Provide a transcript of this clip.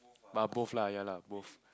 but both lah ya lah both